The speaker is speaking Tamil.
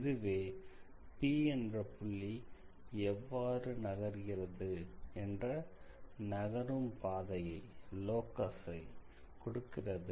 இதுவே P என்ற புள்ளி எவ்வாறு நகர்கிறது என்ற நகரும் பாதையை கொடுக்கிறது